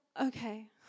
okay